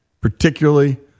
particularly